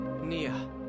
Nia